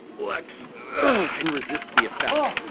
flex and resist the effect,